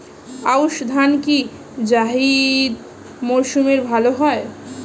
আউশ ধান কি জায়িদ মরসুমে ভালো হয়?